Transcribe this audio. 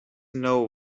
know